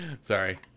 sorry